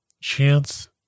Chance